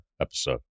episode